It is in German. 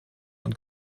und